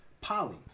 Polly